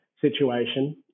situation